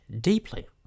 deeply